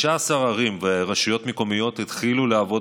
15 ערים ורשויות מקומיות התחילו לעבוד